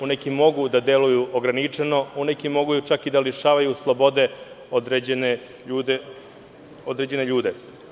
U nekim mogu da deluju ograničeno, a u nekima mogu čak i da lišavaju slobode određene ljude.